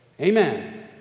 Amen